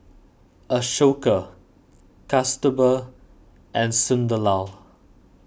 Ashoka Kasturba and Sunderlal